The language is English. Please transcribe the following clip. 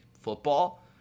football